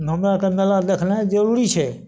हमरा कन मेला देखनाइ जरूरी छै